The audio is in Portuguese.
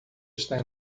está